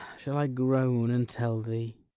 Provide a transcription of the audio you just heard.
shall i groan and tell thee?